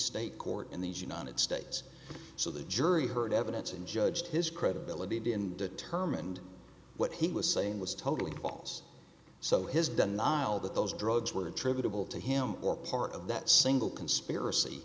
state court in the united states so the jury heard evidence and judge his credibility and determined what he was saying was totally was so his denial that those drugs were attributable to him or part of that single conspiracy